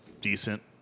decent